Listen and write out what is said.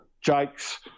Jake's